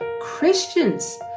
Christians